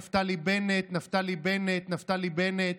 נפתלי בנט, נפתלי בנט, נפתלי בנט,